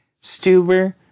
Stuber